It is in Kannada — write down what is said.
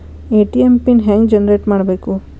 ಎ.ಟಿ.ಎಂ ಪಿನ್ ಹೆಂಗ್ ಜನರೇಟ್ ಮಾಡಬೇಕು?